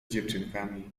dziewczynkami